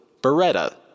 Beretta